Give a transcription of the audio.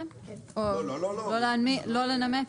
הסתייגויות שמישהו צריך לנמק?